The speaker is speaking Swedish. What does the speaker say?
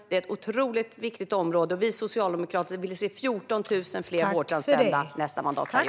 Det är ett otroligt viktigt område, och vi socialdemokrater vill se 14 000 fler vårdanställda under nästa mandatperiod.